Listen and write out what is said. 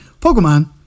Pokemon